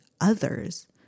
others